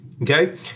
Okay